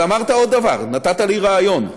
אבל אמרת עוד דבר, נתת לי רעיון,